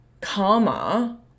karma